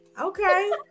Okay